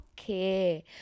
Okay